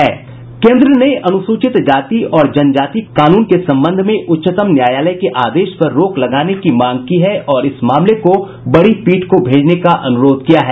केन्द्र ने अनुसूचित जाति और जनजाति कानून के संबंध में उच्चतम न्यायालय के आदेश पर रोक लगाने की मांग की है और इस मामले को बड़ी पीठ को भेजने का अनुरोध किया है